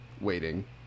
waiting